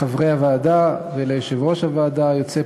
לחברי הוועדה וליושב-ראש היוצא,